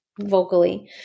vocally